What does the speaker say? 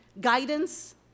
guidance